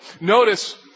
Notice